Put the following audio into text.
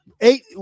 eight